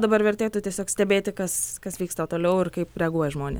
dabar vertėtų tiesiog stebėti kas kas vyksta toliau ir kaip reaguoja žmonės